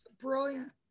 Brilliant